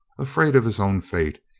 afraid of his own fate,